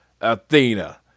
athena